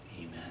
Amen